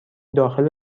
داخل